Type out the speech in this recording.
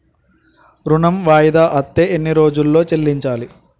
ఋణం వాయిదా అత్తే ఎన్ని రోజుల్లో చెల్లించాలి?